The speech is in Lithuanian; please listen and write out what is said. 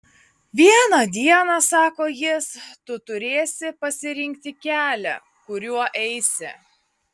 vieną dieną sako jis tu turėsi pasirinkti kelią kuriuo eisi